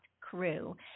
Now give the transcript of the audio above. crew